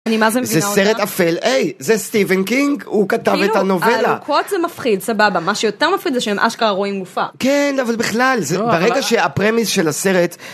זה סרט אפל, היי, זה סטיבן קינג, הוא כתב את הנובלה. העלוקות זה מפחיד, סבבה, מה שיותר מפחיד זה שאין אשכרה רואים גופה. כן, אבל בכלל, ברגע שהפרמיז של הסרט...